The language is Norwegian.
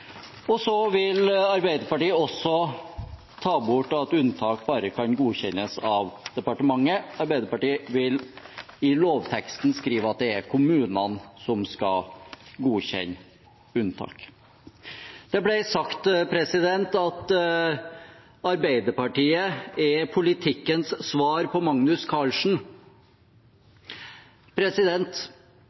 vil også ta bort at unntak bare kan godkjennes av departementet. Arbeiderpartiet vil i lovteksten skrive at det er kommunene som skal godkjenne unntak. Det ble sagt at Arbeiderpartiet er politikkens svar på Magnus